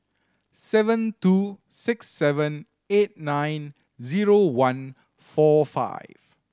seven two six seven eight nine zero one four five